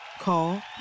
Call